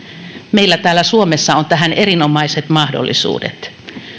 meillä täällä suomessa on tähän erinomaiset mahdollisuudet